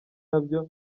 nabyo